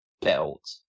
belt